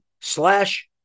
slash